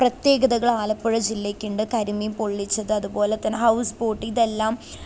പ്രത്യേകതകളാലപ്പുഴ ജില്ലയ്ക്കുണ്ട് കരിമീൻ പൊള്ളിച്ചത് അതുപോലെ തന്നെ ഹൗസ് ബോട്ട് ഇതെല്ലാം